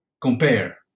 compare